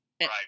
Right